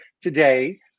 today